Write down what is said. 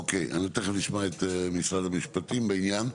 אוקיי, אז תכף נשמע את משרד המשפטים בעניין.